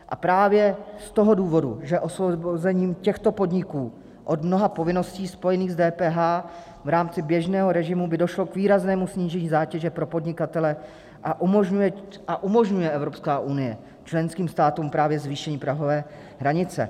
A právě z toho důvodu, že osvobozením těchto podniků od mnoha povinností spojených s DPH v rámci běžného režimu by došlo k výraznému snížení zátěže pro podnikatele, umožňuje Evropská unie členským státům právě zvýšení prahové hranice.